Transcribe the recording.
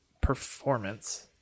performance